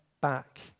back